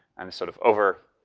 i'm sort of over,